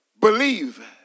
Believe